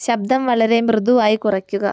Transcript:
ശബ്ദം വളരെ മൃദുവായി കുറയ്ക്കുക